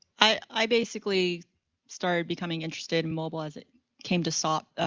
i basically started becoming interested in mobile as it came to sought,